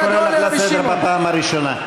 אני קורא אותך לסדר פעם ראשונה.